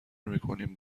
میکنیم